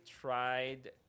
tried